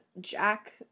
Jack